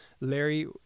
Larry